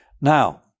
Now